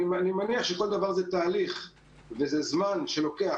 אני מניח שכל דבר זה תהליך וזה לוקח זמן,